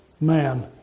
man